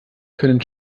können